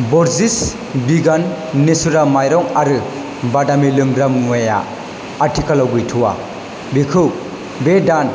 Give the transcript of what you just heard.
ब'रजिस विगान नेसुरा माइरं आरो बादामि लोंग्रा मुवाया आथिखालाव गैथ'आ बेखौ बे दान